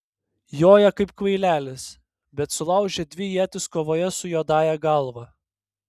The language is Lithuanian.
joja kaip kvailelis bet sulaužė dvi ietis kovoje su juodąja galva